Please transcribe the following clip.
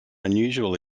unusual